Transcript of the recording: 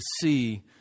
see